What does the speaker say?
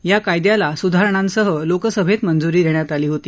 या कायद्याला सुधारणांसह लोकसभेत मंजूरी देण्यात आली होती